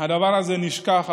הדבר הזה נשכח.